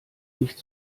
nicht